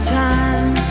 time